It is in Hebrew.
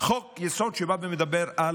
חוק-יסוד שבא ומדבר על